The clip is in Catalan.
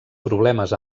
problemes